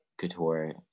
Couture